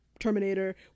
terminator